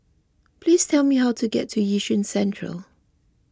please tell me how to get to Yishun Central